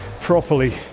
properly